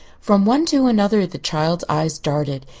from one to another the child's eyes darted,